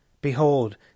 Behold